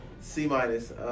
C-minus